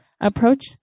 approach